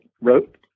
wrote